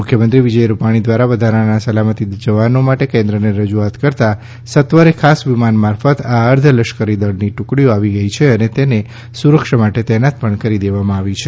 મુખ્યમંત્રી શ્રી વિજય રૂપાણી દ્વારા વધારાના સલામતી જવાનો માટે કેન્દ્રને રજૂઆત કરતાં સત્વરે ખાસ વિમાન મારફત આ અર્ધ લશ્કરી દાળની ટુકડીઓ આવી ગઈ છે અને તેને સુરક્ષા માટે તહેનાત પણ કરી દેવાઈ છે